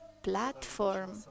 Platform